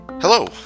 Hello